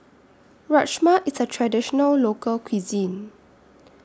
Rajma IS A Traditional Local Cuisine